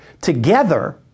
together